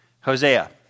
Hosea